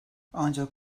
ancak